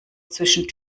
zwischen